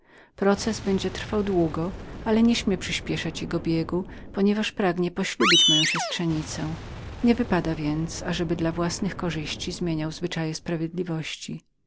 proces będzie trwał długo że nie śmiał przyśpieszać jego biegu ponieważ pragnąc poślubić moją synowicę nie wypadało ażeby dla własnej korzyści zmieniał zwyczaje sprawiedliwości